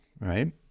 right